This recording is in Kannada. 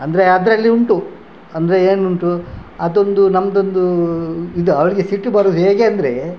ಅಂದರೆ ಅದರಲ್ಲಿ ಉಂಟು ಅಂದರೆ ಏನು ಉಂಟು ಅದೊಂದು ನಮ್ಮದೊಂದು ಇದು ಅವಳಿಗೆ ಸಿಟ್ಟು ಬರುವುದು ಹೇಗೆ ಅಂದರೆ